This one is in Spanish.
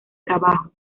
trabajo